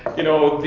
you know,